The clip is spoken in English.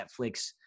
Netflix